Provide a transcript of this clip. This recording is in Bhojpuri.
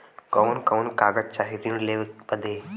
कवन कवन कागज चाही ऋण लेवे बदे?